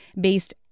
based